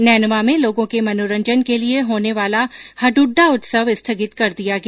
नैनवा में लोगों के मनोरंजन के लिए होने वाला हडुड़डा उत्सव स्थगित कर दिया गया